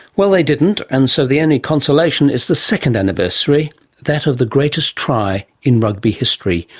well, they didn't. and so the only consolation is the second anniversary that of the greatest try in rugby history,